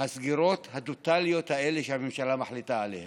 הסגירות הטוטליות האלה שהממשלה מחליטה עליהן.